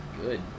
good